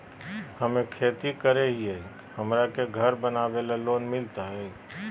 हमे खेती करई हियई, हमरा के घर बनावे ल लोन मिलतई?